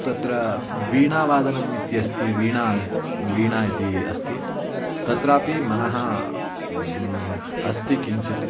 तत्र वीणावादनम् इत्यस्ति वीणा वीणा इति अस्ति तत्रापि मनः अस्ति किञ्चित्